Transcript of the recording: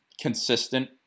consistent